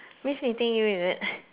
that